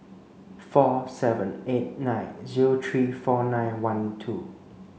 four seven eight nine zero three four nine one two